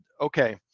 okay